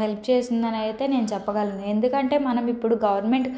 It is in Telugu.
హెల్ప్ చేస్తుంది అనయితే నేను చెప్పగలను ఎందుకంటే మనమిప్పుడు గవర్నమెంట్